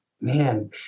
man